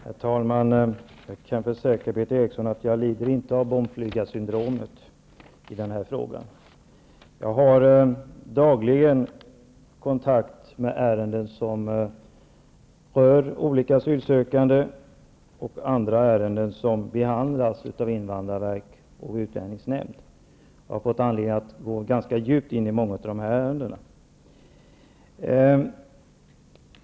Herr talman! Jag kan försäkra Berith Eriksson att jag inte lider av bombflygarsyndromet när det gäller denna fråga. Jag har dagligen kontakt med ärenden som rör olika asylsökande och andra ärenden som behandlas av invandrarverket och utlänningsnämnden. Jag har haft anledning att gå ganska djupt in i många av dessa ärenden.